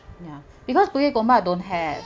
no because bukit gombak don't have